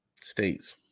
states